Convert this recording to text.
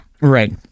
Right